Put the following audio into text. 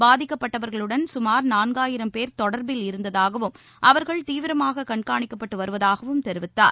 பாதிக்கப்பட்டவர்களுடன் சுமார் நான்காயிரம் பேர் தொடர்பில் இருந்ததாகவும் அவர்கள் தீவிரமாக கண்காணிக்கப்பட்டு வருவதாகவும் தெரிவித்தார்